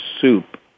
Soup